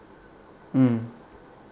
mm